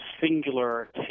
singular